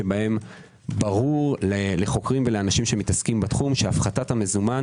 שברור לחוקרים ולאנשים שעוסקים בתחום שהפחתת המזומן